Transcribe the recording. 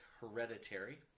Hereditary